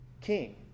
king